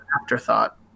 afterthought